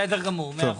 בסדר גמור, מאה אחוז.